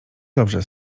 dobrze